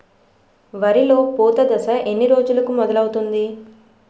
వరిలో పూత దశ ఎన్ని రోజులకు మొదలవుతుంది?